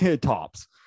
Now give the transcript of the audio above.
Tops